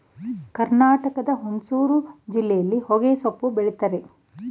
ಕರ್ನಾಟಕದ ಹುಣಸೂರು ಜಿಲ್ಲೆಯಲ್ಲಿ ಹೊಗೆಸೊಪ್ಪು ಬೆಳಿತರೆ